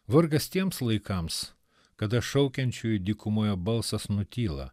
vargas tiems laikams kada šaukiančiųjų dykumoje balsas nutyla